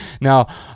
Now